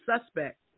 suspect